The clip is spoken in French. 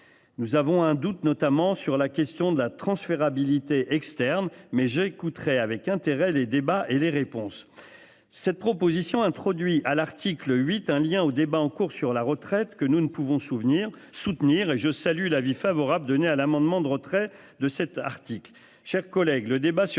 Nous avons un doute notamment sur la question de la transférabilité externe mais j'écouterai avec intérêt les débats et les réponses. Cette proposition introduit à l'article 8, un lien au débat en cours sur la retraite que nous ne pouvons souvenir soutenir et je salue l'avis favorable donné à l'amendement de retrait de cet article.